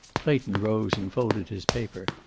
clayton rose and folded his paper.